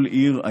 כל עיר, עיירה,